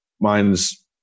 Mine's